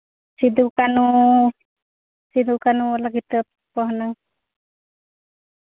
ᱥᱤᱫᱩᱼᱠᱟᱹᱱᱦᱩ ᱥᱤᱫᱩᱼᱠᱟᱹᱱᱦᱩᱣᱟᱞᱟ ᱠᱤᱛᱟᱹᱵ ᱠᱚ ᱦᱩᱱᱟᱹᱝ